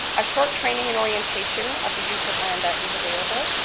a short training and orientation of the use of randa is available.